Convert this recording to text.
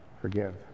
forgive